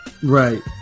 Right